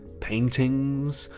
paintings.